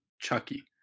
Chucky